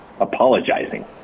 apologizing